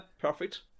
Perfect